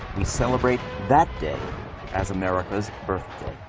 we celebrate that day as america's birthday.